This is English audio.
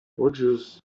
rogers